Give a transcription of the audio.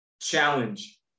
challenge